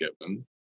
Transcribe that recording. given